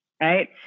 right